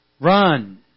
Run